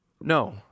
No